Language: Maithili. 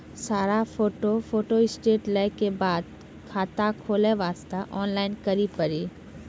सारा फोटो फोटोस्टेट लेल के बाद खाता खोले वास्ते ऑनलाइन करिल पड़ी?